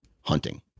hunting